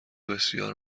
بسیار